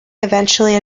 eventually